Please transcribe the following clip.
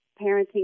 parenting